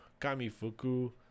Kamifuku